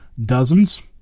dozens